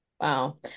Wow